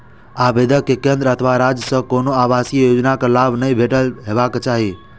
आवेदक कें केंद्र अथवा राज्य सं कोनो आवासीय योजनाक लाभ नहि भेटल हेबाक चाही